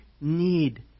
need